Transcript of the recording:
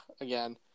again